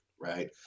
right